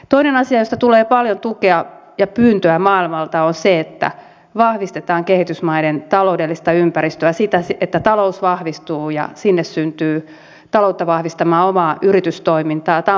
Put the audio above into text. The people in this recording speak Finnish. toinen asia josta tulee paljon tukea ja pyyntöä maailmalta on se että vahvistetaan kehitysmaiden taloudellista ympäristöä sitä että talous vahvistuu ja sinne syntyy taloutta vahvistamaan omaa yritystoimintaa